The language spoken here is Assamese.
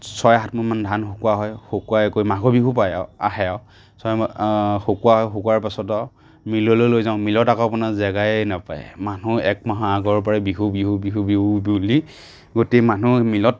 ছয় সাত মোন মান ধান শুকোৱা হয় শুকোৱাই কৰি মাঘৰ বিহু পায় আৰু আহে আৰু ছয় শুকোৱা হয় শুকোৱাৰ পাছত আৰু মিললৈ লৈ যাওঁ মিলত আকৌ আপোনাৰ জাগাই নাপায় মানুহ এক মাহৰ আগৰ পৰাই বিহু বিহু বিহু বিহু বুলি গোটেই মানুহ মিলত